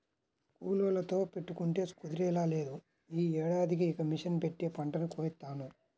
కూలోళ్ళతో పెట్టుకుంటే కుదిరేలా లేదు, యీ ఏడాదికి ఇక మిషన్ పెట్టే పంటని కోయిత్తాను